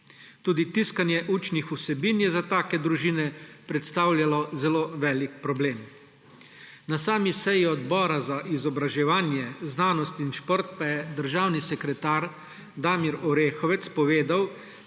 Tudi tiskanje učnih vsebin je za take družine predstavljalo zelo velik problem. Na sami seji Odbora za izobraževanje, znanost in šport pa je državni sekretar Damir Orehovec povedal,